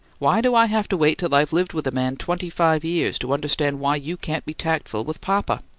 why do i have to wait till i've lived with a man twenty-five years to understand why you can't be tactful with papa?